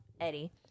Eddie